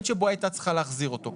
במועד בו היא הייתה צריכה להחזיר אותו,